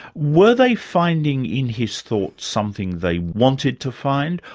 were they finding in his thoughts something they wanted to find,